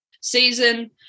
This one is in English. season